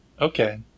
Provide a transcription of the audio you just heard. Okay